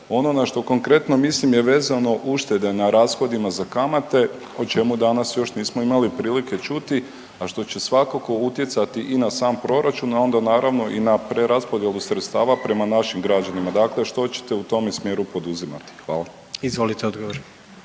Ono na što konkretno mislim je vezano uštede na rashodima za kamate o čemu danas još nismo imali prilike čuti, a što će svakako utjecati i na sam proračun, a onda naravno i na preraspodjelu sredstava prema našim građanima. Dakle, što ćete u tome smjeru poduzimati? Hvala. **Jandroković,